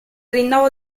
rinnovo